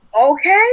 Okay